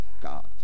God